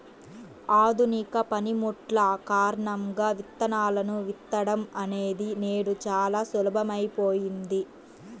ఆధునిక పనిముట్లు కారణంగా విత్తనాలను విత్తడం అనేది నేడు చాలా సులభమైపోయింది